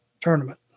tournament